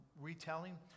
retelling